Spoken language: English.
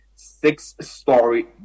six-story